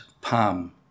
palm